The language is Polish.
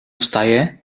wstaje